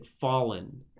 fallen